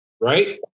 Right